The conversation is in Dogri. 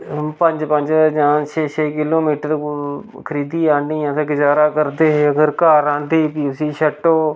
पंज पंज जां छे छे किलोमीटर खरीदियै आह्न्नियै ते गजारा करदे हे अगर घर आंह्दी फ्ही उस्सी छट्टो